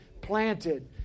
planted